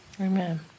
Amen